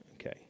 Okay